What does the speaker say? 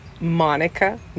Monica